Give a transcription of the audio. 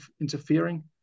interfering